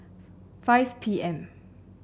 five P M